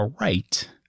right